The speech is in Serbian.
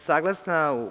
Saglasna.